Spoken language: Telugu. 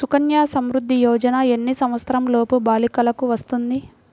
సుకన్య సంవృధ్ది యోజన ఎన్ని సంవత్సరంలోపు బాలికలకు వస్తుంది?